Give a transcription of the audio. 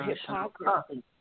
hypocrisy